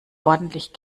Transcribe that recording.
ordentlich